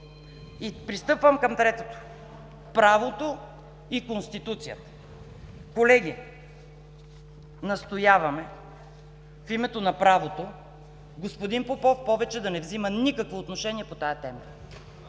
Пристъпвам към третото – правото и Конституцията. Колеги, настояваме в името на правото господин Попов повече да не взема никакво отношение по тази тема.